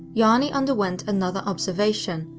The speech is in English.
jani underwent another observation,